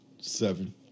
seven